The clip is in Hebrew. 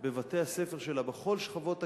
בבתי-הספר שלה, בכל שכבות הגיל,